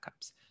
backups